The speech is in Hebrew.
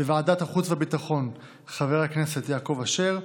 בוועדת החוץ והביטחון, חבר הכנסת יעקב אשר,